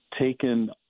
taken